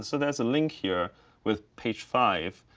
so there's a link here with page five.